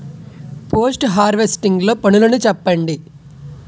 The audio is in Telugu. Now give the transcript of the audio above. పోస్ట్ హార్వెస్టింగ్ లో పనులను చెప్పండి?